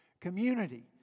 Community